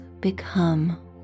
become